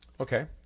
Okay